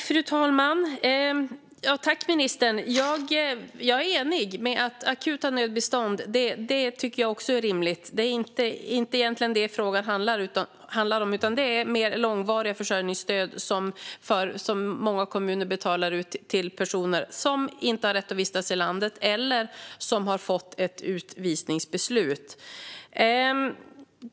Fru talman och ministern! Jag är enig om att akut nödbistånd är rimligt. Det är egentligen inte det frågan handlar om, utan det är de mer långvariga försörjningsstöd som många kommuner betalar ut till personer som inte har rätt att vistas i landet eller som har fått ett utvisningsbeslut.